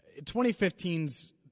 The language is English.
2015's